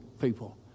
people